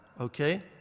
okay